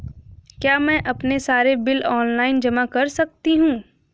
क्या मैं अपने सारे बिल ऑनलाइन जमा कर सकती हूँ?